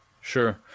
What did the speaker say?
sure